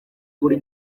buri